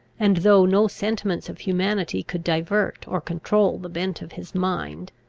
and though no sentiments of humanity could divert or control the bent of his mind,